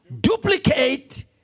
duplicate